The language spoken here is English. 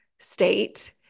state